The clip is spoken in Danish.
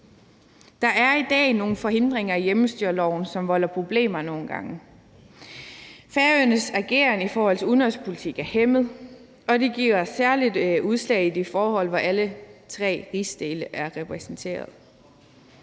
Der er i dag nogle forhindringer i hjemmestyreloven, som volder problemer nogle gange. Færøernes ageren i forhold til udenrigspolitik er hæmmet, og det giver særligt udslag i de forhold, hvor alle tre rigsdele er repræsenteret.